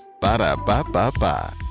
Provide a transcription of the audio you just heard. Ba-da-ba-ba-ba